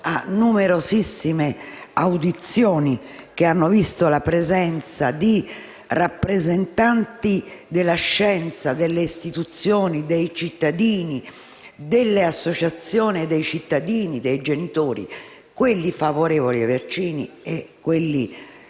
a numerosissime audizioni che hanno visto la presenza di rappresentanti della scienza, delle istituzioni, delle associazioni dei cittadini e dei genitori (quelli favorevoli ai vaccini e quelli